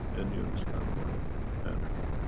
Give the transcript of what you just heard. and you understand why and how.